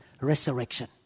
Resurrection